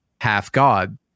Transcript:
half-god